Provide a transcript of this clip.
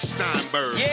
Steinberg